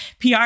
PR